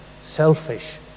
selfish